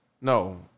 No